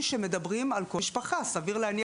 על ההורים שמדברים על כל המשפחה, סביר להניח